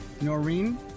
Noreen